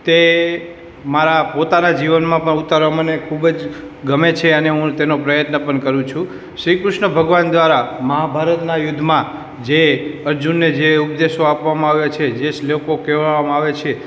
તે મારા પોતાના જીવનમાં પણ ઉતારવામાં મને ગમે છે અને હું તેનો પ્રયત્ન પણ કરું છું શ્રી કૃષ્ણ દ્વારા મહાભારતના યુદ્ધમાં જે અર્જુનને જે ઉપદેશો આપવમાં આવ્યા છે જે શ્લોકો કહેવામાં આવ્યા છે